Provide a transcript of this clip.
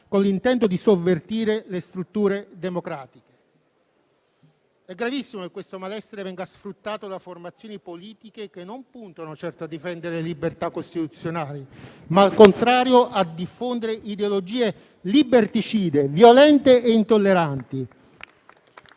con l'intento di sovvertire le strutture democratiche. È gravissimo che questo malessere venga sfruttato da formazioni politiche che non puntano certo a difendere le libertà costituzionali ma, al contrario, a diffondere ideologie liberticide, violente e intolleranti.